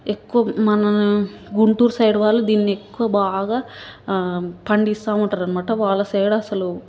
ఎక్కువ మన గుంటూరు సైడు వాళ్ళు దీన్ని ఎక్కువ బాగా పండిస్తుంటారన్నమాట వాళ్ళ సైడసలు